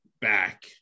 back